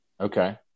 okay